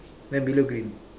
then below green